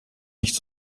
nicht